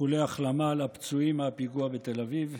איחולי החלמה לפצועים מהפיגוע בתל אביב.